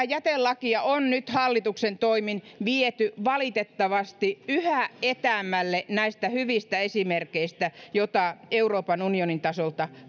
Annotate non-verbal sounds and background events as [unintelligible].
[unintelligible] jätelakia on nyt hallituksen toimin viety valitettavasti yhä etäämmälle näistä hyvistä esimerkeistä joita euroopan unionin tasolta